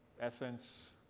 essence